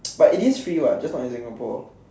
but it is free what just not in Singapore